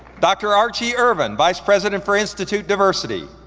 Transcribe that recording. dr. archie ervin, vice president for institute diversity.